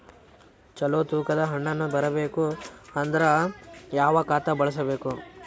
ಚಲೋ ತೂಕ ದ ಹಣ್ಣನ್ನು ಬರಬೇಕು ಅಂದರ ಯಾವ ಖಾತಾ ಬಳಸಬೇಕು?